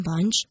Bunch